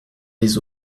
les